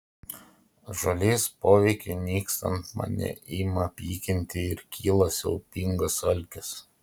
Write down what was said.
žolės poveikiui nykstant mane ima pykinti ir kyla siaubingas alkis